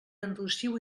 enrossiu